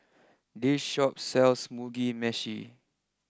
this Shop sells Mugi Meshi